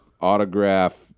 autograph